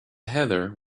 heather